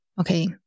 okay